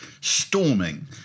storming